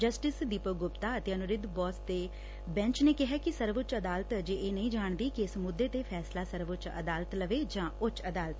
justice Deepak Gupta ਅਤੇ ਅਨੀਰੁੱਧ ਬੋਸ ਦੇ bench ਨੇ ਕਿਹਾ ਕਿ ਸਰਵਉੱਚ ਅਦਾਲਤ ਅਜੇ ਇਹ ਨਹੀਂ ਜਾਣਦੀ ਕਿ ਇਸ ਮੁੱਦੇ ਤੇ ਫੈਸਲਾ ਸਰਵਉੱਚ ਅਦਾਲਤ ਲੈਏ ਜਾਂ ਉੱਚ ਅਦਾਲਤ